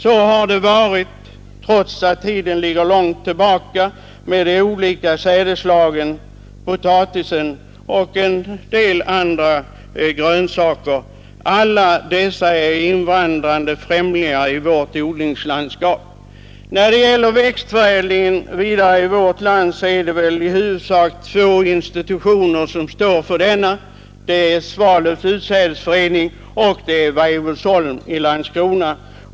Så har det varit — trots att det ligger långt tillbaka i tiden — med de olika sädesslagen, potatisen och en rad olika grönsaker. Alla dessa är invandrade främlingar i vårt odlingslandskap. 69 Två institutioner står i huvudsak för växtförädlingen i vårt land, nämligen Sveriges utsädesförening i Svalöv och Weibullsholms växtförädlingsanstalt vid Landskrona.